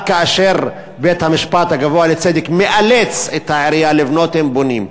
רק כאשר בית-המשפט הגבוה לצדק מאלץ את העירייה לבנות הם בונים,